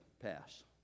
pass